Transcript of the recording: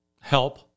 help